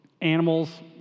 animals